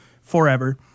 forever